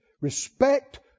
Respect